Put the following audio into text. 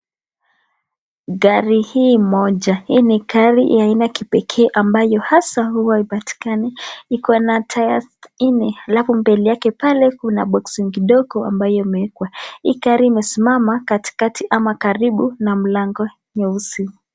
Gari hii moja. Hii ni gari ya aina kipekee ambayo hasa huwa haipatikani. Iko na tairi nne. Alafu mbele yake pale kuna boksing kidogo ambayo imewekwa. Hii gari imesimama katikati ama karibu na mlango nyeusi.